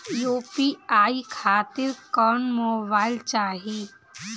UPI खातिर कौन mobile चाहीं?